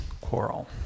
quarrel